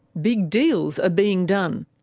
big deals are being done.